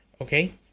Okay